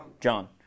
John